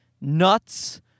nuts